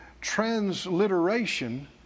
transliteration